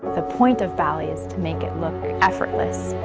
the point of ballet is to make it look effortless.